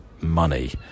money